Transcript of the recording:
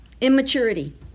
Immaturity